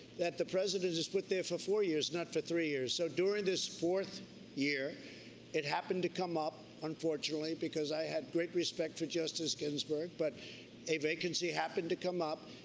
that the president is put there for four years, not for three years. so during this fourth year it happened to come up, unfortunately, because i had great respect for justice ginsburg, but a vacancy happened to come up,